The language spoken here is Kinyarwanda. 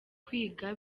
kwiga